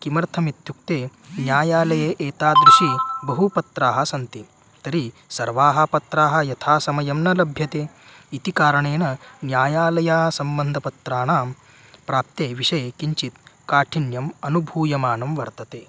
किमर्थम् इत्युक्ते न्यायालये एतादृशानि बहूनि पत्राणि सन्ति तर्हि सर्वाणि पत्राणि यथा समयं न लभ्यते इति कारणेन न्यायालयासम्बन्धपत्राणां प्राप्ते विषये किञ्चित् काठिन्यम् अनुभूयमानं वर्तते